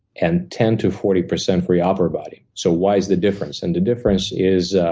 and ten to forty percent for your upper body. so why is the difference? and the difference is